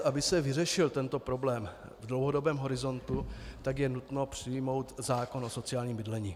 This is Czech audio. Aby se vyřešil tento problém v dlouhodobém horizontu, tak je nutno přijmout zákon o sociálním bydlení.